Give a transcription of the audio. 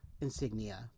insignia